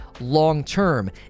long-term